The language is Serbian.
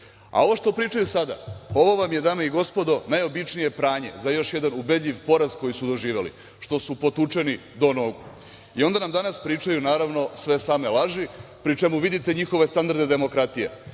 što pričaju sada, ovo vam je, dame i gospodo, najobičnije pranje za još jedan ubedljiv poraz koji su doživeli što su potučeni do nogu. I onda nam danas pričaju sve same laži, pri čemu vidite njihove standarde demokratije.